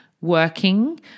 working